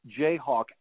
Jayhawk